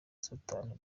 satani